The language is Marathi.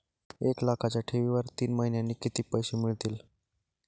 एक लाखाच्या ठेवीवर तीन महिन्यांनी किती पैसे मिळतील?